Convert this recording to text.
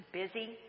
busy